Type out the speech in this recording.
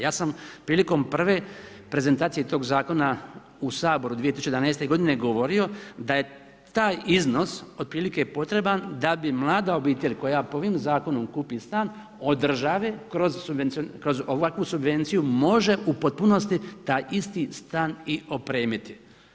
Ja sam prilikom prve prezentacije tog zakona u Saboru 2011. godine govorio da je taj iznos otprilike potreban da bi mlada obitelj koja po ovom zakonu kupi stan od države, kroz ovakvu subvenciju može u potpunosti taj isti stan i otpremiti.